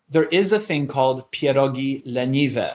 there is a thing called pierogi leniwe,